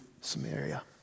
Samaria